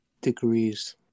degrees